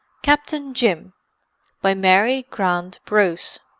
captain jim by mary grant bruce